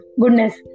goodness